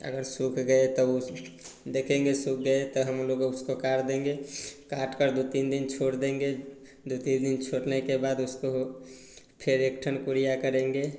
अगर सूख गए तब देखेंगे सूख गए तो हम लोग उसको काढ़ देंगे काटकर दो तीन दिन छोड़ देंगे दो तीन दिन छोड़ने के बाद उसको फ़िर एक ठन उरिया करेंगे